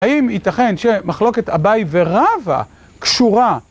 האם ייתכן שמחלוקת אבאי ורבה קשורה?